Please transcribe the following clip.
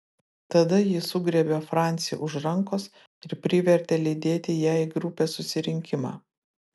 tada ji sugriebė francį už rankos ir privertė lydėti ją į grupės susirinkimą